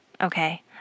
Okay